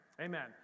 amen